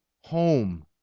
home